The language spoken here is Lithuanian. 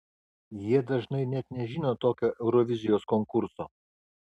jie dažnai net nežino tokio eurovizijos konkurso